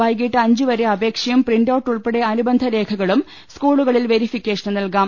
പ്രൈകീട്ട് അഞ്ചുവരെ അപേക്ഷയും print out ഉൾപ്പെടെ അനുബ്ന്ധ് രേഖകളും സ്കൂളുകളിൽ വെരിഫിക്കേഷന് നൽകാം